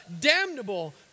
damnable